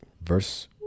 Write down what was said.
verse